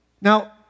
Now